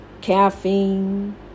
caffeine